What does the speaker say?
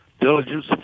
diligence